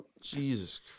Jesus